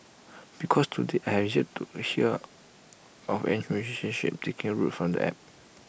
because to date I have yet to hear of any relationship taking root from the app